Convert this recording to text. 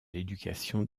l’éducation